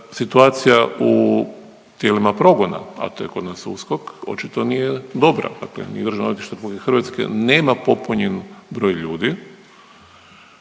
Situacija u tijelima progona, a to je kod nas USKOK, očito nije dobra. Dakle ni Državno odvjetništvo RH nema popunjen broj ljudi,